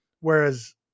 Whereas